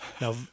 Now